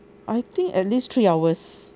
I think at least three hours